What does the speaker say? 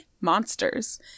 Monsters